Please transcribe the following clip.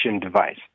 device